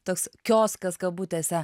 toks kioskas kabutėse